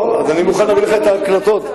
אני מוכן להביא לך את ההקלטות.